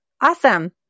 Awesome